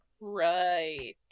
right